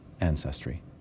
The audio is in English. ancestry